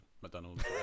mcdonald's